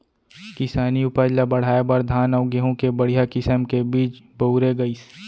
किसानी उपज ल बढ़ाए बर धान अउ गहूँ के बड़िहा किसम के बीज बउरे गइस